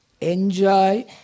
enjoy